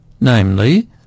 namely